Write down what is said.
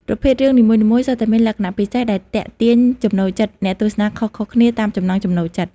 ប្រភេទរឿងនីមួយៗសុទ្ធតែមានលក្ខណៈពិសេសដែលទាក់ទាញចំណូលចិត្តអ្នកទស្សនាខុសៗគ្នាតាមចំណង់ចំណូលចិត្ត។